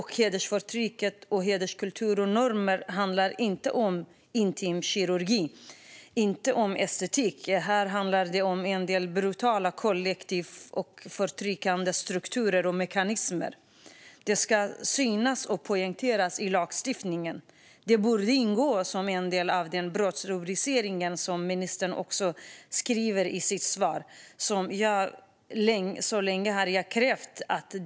Hedersförtryck, hederskultur och normer handlar inte om intimkirurgi och inte om estetiska ingrepp. Det handlar om brutala kollektiva och förtryckande strukturer och mekanismer. Det ska synas och poängteras i lagstiftningen. Det borde ingå som en del av den brottsrubricering som ministern nämner i sitt svar och som jag så länge har krävt.